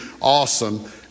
awesome